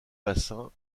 bassin